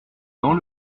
dans